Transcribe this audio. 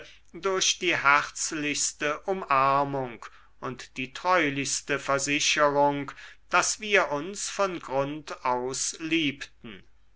durch die herzlichste umarmung und die treulichste versicherung daß wir uns von grund aus liebten